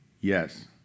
yes